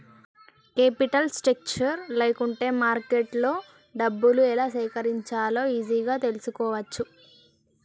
capital structure లేకుంటే మార్కెట్లో డబ్బులు ఎలా సేకరించాలో ఈజీగా తెల్సుకోవచ్చు